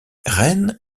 rennes